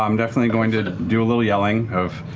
um definitely going to do a little yelling of,